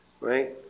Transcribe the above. Right